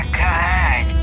god